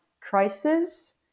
crisis